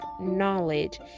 knowledge